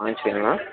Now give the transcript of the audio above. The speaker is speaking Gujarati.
હા છે ને